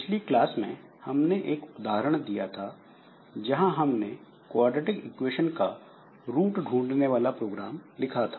पिछली क्लास में हमने एक उदाहरण दिया था जहां हमने क्वाड्रेटिक इक्वेशन का रूट ढूंढने वाला प्रोग्राम लिखा था